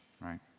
right